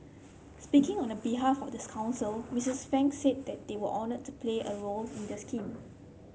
speaking on the behalf of this council Mistress Fang said that they were honoured to play a role in the scheme